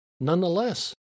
nonetheless